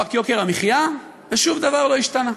מאבק יוקר המחיה, ושום דבר לא השתנה.